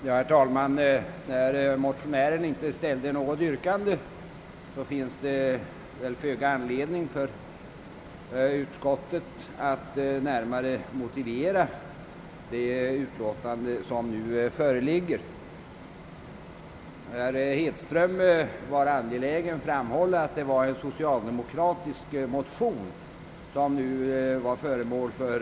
Herr talman! Eftersom motionären inte ställde något yrkande, finns det föga anledning att närmare motivera det betänkande som föreligger. Herr Hedström var angelägen framhålla att det är en socialdemokratisk motion som nu behandlas.